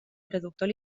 traductor